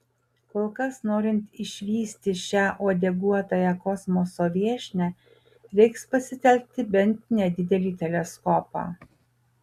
kol kas norint išvysti šią uodeguotąją kosmoso viešnią reiks pasitelkti bent nedidelį teleskopą